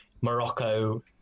Morocco